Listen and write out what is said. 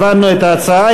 העברנו את ההצעה.